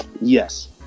Yes